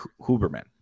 Huberman